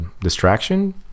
distraction